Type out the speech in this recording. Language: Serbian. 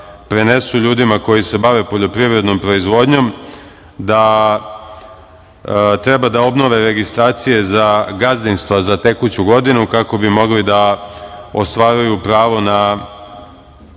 prenesu ljudima koji se bave poljoprivrednom proizvodnjom, da treba obnove registracije za gazdinstva za tekuću godinu, kako bi mogli da ostvaruju pravo na